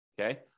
Okay